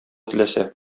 теләсә